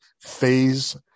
phase